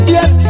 Yes